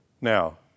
Now